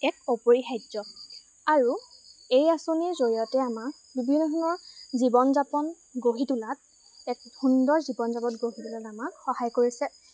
এক অপৰিহাৰ্য আৰু এই আঁচনিৰ জৰিয়তে আমাক বিভিন্ন ধৰণৰ জীৱন যাপন গঢ়ি তোলাত এক সুন্দৰ জীৱন যাপন গঢ়ি তোলাত আমাক সহায় কৰিছে